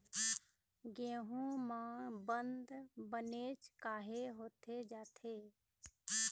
गेहूं म बंद बनेच काहे होथे जाथे?